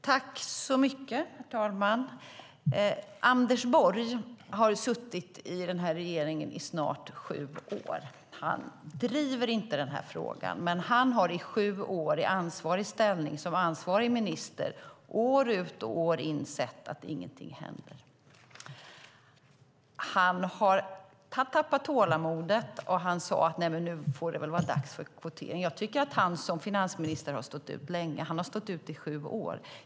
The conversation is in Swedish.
Herr talman! Anders Borg har suttit i regeringen i snart sju år. Han driver inte den här frågan, men han har i sju år i ansvarig ställning som ansvarig minister år ut och år in sett att ingenting händer. Han har tappat tålamodet och han sade: Nu får det väl vara dags för kvotering. Jag tycker att han som finansminister har stått ut länge. Han har stått ut i sju år.